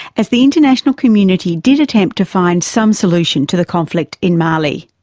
as the international community did attempt to find some solution to the conflict in mali.